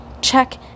Check